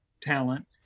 talent